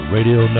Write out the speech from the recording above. Radio